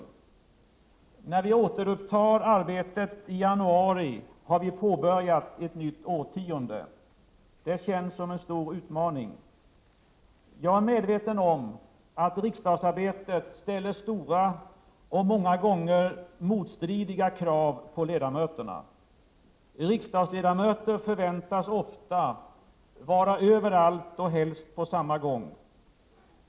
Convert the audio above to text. När vi återupptar arbetet i januari har vi påbörjat ett nytt årtionde. Det känns som en stor utmaning. Jag är medveten om att riksdagsarbetet ställer stora och många gånger motstridiga krav på ledamöterna. Riksdagsledamöter förväntas ofta vara överallt och helst på samma gång.